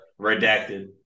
Redacted